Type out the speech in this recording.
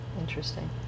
interesting